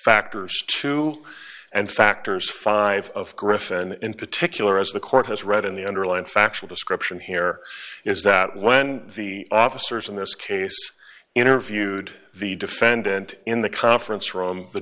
factors two and factors five of griffin in particular as the court has read in the underlying factual description here is that when the officers in this case interviewed the defendant in the conference room the